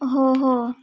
हो हो